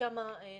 מכמה נושאים: